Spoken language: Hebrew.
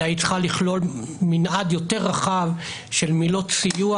אלא היא צריכה לכלול מנעד רחב יותר של מילות סיוע